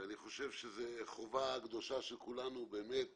אני חושב שזו החובה הקדושה של כולנו באמת